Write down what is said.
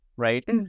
Right